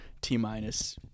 T-Minus